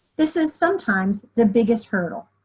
this is sometimes the biggest hurdle.